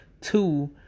Two